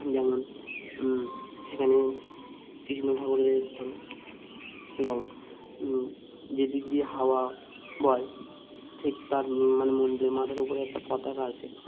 যেমন সেখানে কৃষ্ণ ঠাকুরের স্থান এবং যেদিক দিয়ে হাওয়া বয় ঠিক তার মানে মন্দিরে মাথার উপরে একটা পতাকা আছে